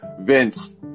Vince